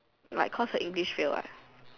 like cause her English fail ah